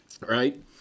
Right